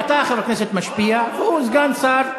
אתה רואה, אתה חבר כנסת משפיע והוא סגן שר יעיל,